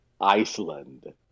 Iceland